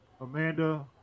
Amanda